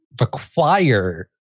require